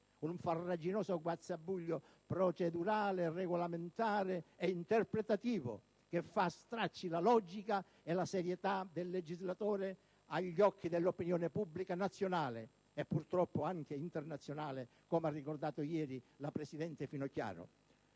un farraginoso guazzabuglio procedurale, regolamentare e interpretativo che fa a stracci la logica e la serietà del legislatore agli occhi dell'opinione pubblica nazionale, e purtroppo anche internazionale, come ha ricordato ieri la presidente Finocchiaro.